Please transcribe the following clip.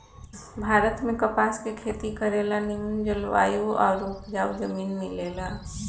भारत में कपास के खेती करे ला निमन जलवायु आउर उपजाऊ जमीन मिलेला